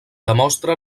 demostra